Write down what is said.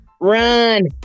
Run